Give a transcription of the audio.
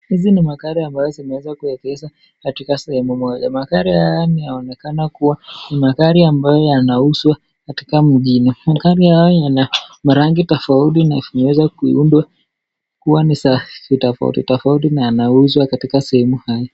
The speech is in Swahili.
Hizi ni magari ambazo zimeweza kuegezwa katika sehemu moja, magari haya inaonekana kuwa ni magari ambayo yanauzwa katika mjini, magari haya yana marangi tofauti na vimeweza kuundwa kuwa ni za tofauti, tofauti na inauzwa katika sehemu haya.